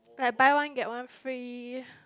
like buy one get one free